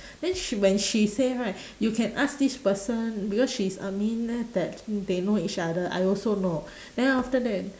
then sh~ when she say right you can ask this person because she's admin leh that they know each other I also know then after that